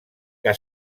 que